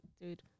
dude